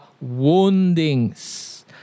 woundings